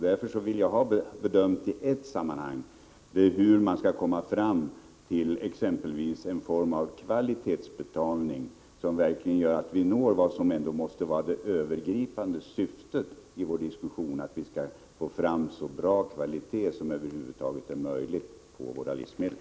Därför vill jag i ett sammanhang ha bedömt hur vi skall komma fram till exempelvis en form av kvalitetsbetalning eller andra åtgärder som verkligen gör att vi når det som ändå måste vara det övergripande syftet i vår diskussion — att vi skall få så bra kvalitet som det över huvud taget är möjligt på våra livsmedel.